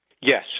Yes